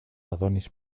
adonis